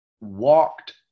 walked